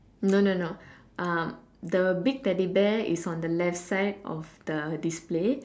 no no no the big teddy bear is on the left side of the display